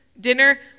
dinner